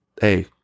Hey